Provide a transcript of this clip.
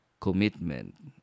commitment